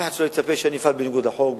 אף אחד שלא יצפה שאני אפעל בניגוד לחוק,